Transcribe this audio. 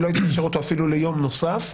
ולא הייתי משאיר אותו אפילו ליום נוסף.